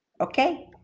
okay